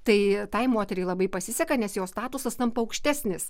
tai tai moteriai labai pasiseka nes jos statusas tampa aukštesnis